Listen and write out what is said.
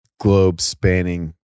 globe-spanning